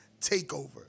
takeover